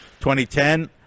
2010